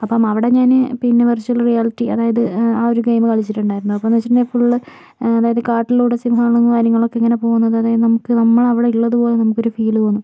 അപ്പം അവിടെ ഞാൻ പിന്നെ വെർച്വൽ റിയാലിറ്റി അതായത് ആ ഒരു ഗെയിം കളിച്ചിട്ടുണ്ടായിരുന്നു അപ്പോഴെന്നു വെച്ചിട്ടുണ്ടെങ്കിൽ ഫുള്ള് അതായത് കാട്ടിലൂടെ സിംഹമാണെങ്കിൽ കാര്യങ്ങളൊക്കെ ഇങ്ങനെ പോകുന്നത് അതായത് നമുക്ക് നമ്മളവിടെ ഉള്ളതുപോലെ നമുക്കൊരു ഫീൽ വന്നു